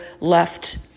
left